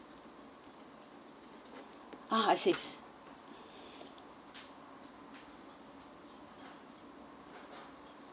ah I see